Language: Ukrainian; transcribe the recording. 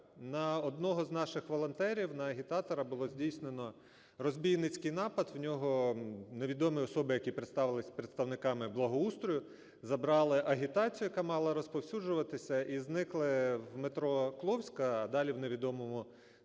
на одного з наших волонтерів, на агітатора було здійснено розбійницький напад. В нього невідомі особи, які представилися представниками благоустрою, забрали агітацію, яка мала розповсюджуватися, і зникли в метро "Кловська", а далі – в невідомому